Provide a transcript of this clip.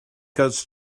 cuts